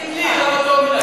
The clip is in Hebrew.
תגיד לי, למה אתה אומר לה?